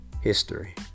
History